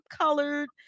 colored